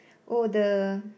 oh the